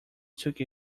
took